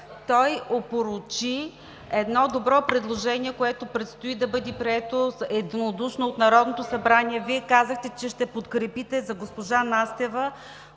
Той опорочи едно добро предложение, което предстои да бъде прието единодушно от Народното събрание. Казахте, че ще подкрепите предложението